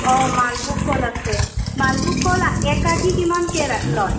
অঁ মালভোগ কল আছে মালভোগ কল এক আষি কিমানকে লয়